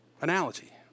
analogy